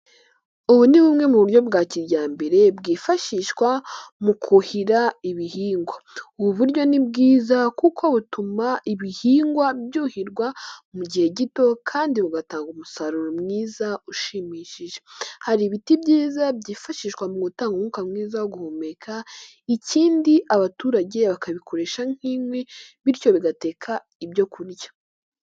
Ubu ni bumwe mu buryo bwa kijyambere bwifashishwa mu kuhira ibihingwa, ubu buryo ni bwiza kuko butuma ibihingwa byuhirwa mu gihe gito kandi bugatanga umusaruro mwiza ushimishije, hari ibiti byiza byifashishwa mu gutanga umwuka mwiza wo guhumeka, ikindi abaturage bakabikoresha nk'inkwi bityo bigateka ibyo kurya.